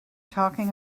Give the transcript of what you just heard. talking